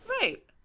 Right